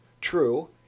True